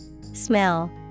Smell